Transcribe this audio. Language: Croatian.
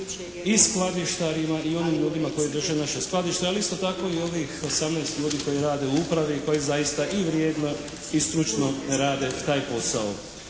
i skladištarima i onim ljudima koji drže naša skladišta, ali isto tako i ovih 18 ljudi koji rade u upravi, koji zaista i vrijedno i stručno rade taj posao.